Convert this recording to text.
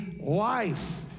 life